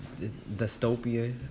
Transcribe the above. dystopia